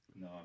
No